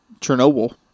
Chernobyl